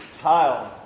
child